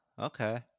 Okay